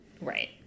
right